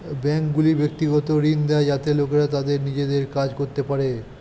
ব্যাঙ্কগুলি ব্যক্তিগত ঋণ দেয় যাতে লোকেরা তাদের নিজের কাজ করতে পারে